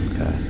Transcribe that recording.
Okay